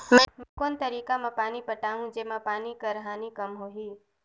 मैं कोन तरीका म पानी पटाहूं जेमा पानी कर हानि कम होही?